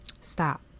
Stop